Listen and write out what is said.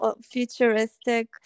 futuristic